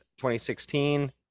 2016